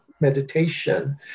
meditation